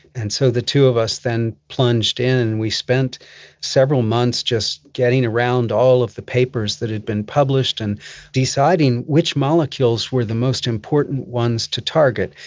and so the two of us then plunged in and we spent several months just getting around all of the papers that had been published and deciding which molecules were the most important ones to target.